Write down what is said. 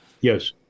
Yes